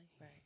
right